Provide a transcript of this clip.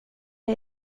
det